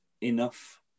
enough